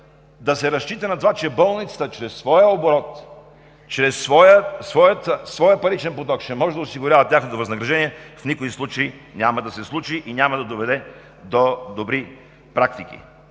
да се разчита на това, че болницата чрез своя оборот, чрез своя паричен поток ще може да осигурява тяхното възнаграждение, в никой случай няма да се случи и няма да доведе до добри практики.